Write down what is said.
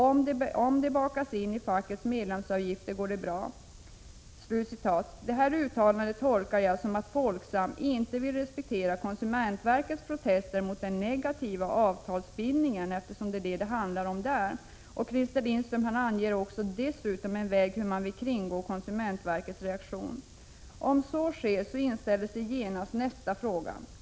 Om de bakas in i fackets medlemsavgifter går det bra.” Detta uttalande tolkar jag som att Folksam inte vill respektera konsumentverkets protester mot den negativa avtalsbindningen, eftersom det är vad konsumentverket har agerat mot. Christer Lindström anger dessutom en väg för att kringgå konsumentverkets 43 reaktion. Om så sker inställer sig genast nästa fråga.